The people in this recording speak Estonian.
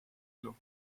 elu